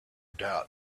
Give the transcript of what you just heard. doubt